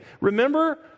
Remember